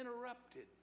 interrupted